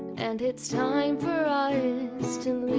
and it's time for us to